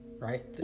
right